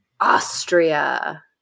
Austria